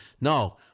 No